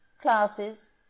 classes